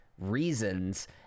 reasons